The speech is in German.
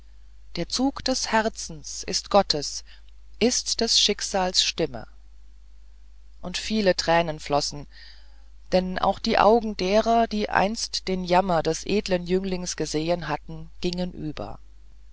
der zug des herzens ist gottes ist des schicksals stimme und viele tränen flossen denn auch die augen derer die einst den jammer des edlen jünglings gesehen hatten gingen über